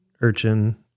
urchin